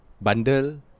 bundle